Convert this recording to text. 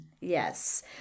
Yes